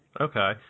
Okay